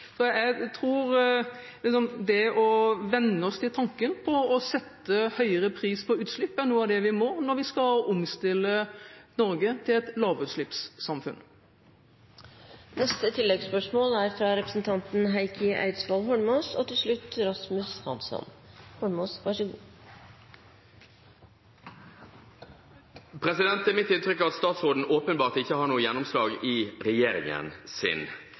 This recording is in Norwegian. Så det å vende oss til tanken på å sette høyere pris på utslipp er noe av det vi må når vi skal omstille Norge til et lavutslippssamfunn. Heikki Eidsvoll Holmås – til oppfølgingsspørsmål. Det er mitt inntrykk at statsråden åpenbart ikke har noe gjennomslag i regjeringen sin.